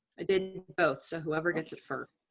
i did both so whoever gets it first.